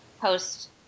post